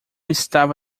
estava